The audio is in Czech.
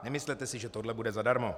Nemyslete si, že tohle bude zadarmo.